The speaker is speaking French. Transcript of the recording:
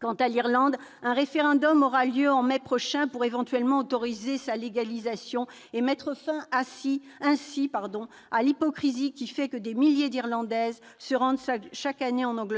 Quant à l'Irlande, un référendum aura lieu en mai prochain pour éventuellement autoriser la légalisation de l'IVG, et mettre fin ainsi à l'hypocrisie conduisant des milliers d'Irlandaises à se rendre chaque année en Angleterre